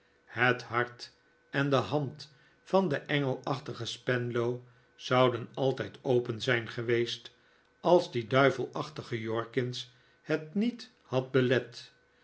het hart en de hand van den engelachtigen spenlow zouden altijd open zijn geweest als die duivelachtige jorkins het niet had belet